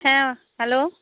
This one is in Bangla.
হ্যাঁ হ্যালো